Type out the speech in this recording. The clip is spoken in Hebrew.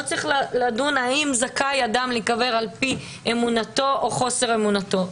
לא צריך לדון מהתחלה האם זכאי אדם להיקבר על פי אמונתו או חוסר אמונתו.